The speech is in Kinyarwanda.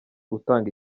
utanga